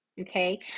Okay